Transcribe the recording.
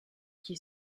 qui